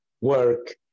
work